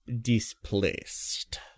displaced